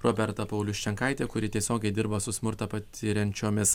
roberta paulius čiankaitė kuri tiesiogiai dirba su smurtą patiriančiomis